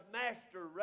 master